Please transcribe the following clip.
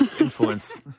influence